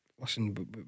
Listen